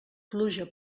pluja